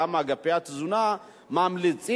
גם אגפי התזונה ממליצים,